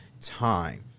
time